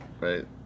right